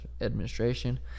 administration